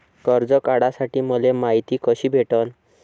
कर्ज काढासाठी मले मायती कशी भेटन?